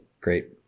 great